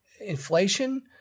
inflation